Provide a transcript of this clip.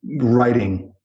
writing